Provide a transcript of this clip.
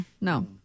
no